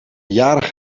jaren